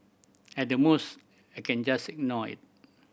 at the most I can just ignore it